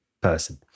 person